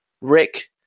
Rick